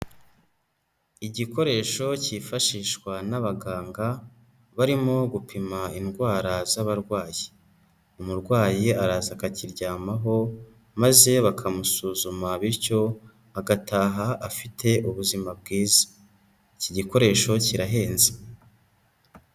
Igikoresho cyifashishwa n'abaganga, barimo gupima indwara z'abarwayi. Umurwayi araza akakiryamaho maze bakamusuzuma bityo agataha afite ubuzima bwiza. Iki gikoresho kirahenze.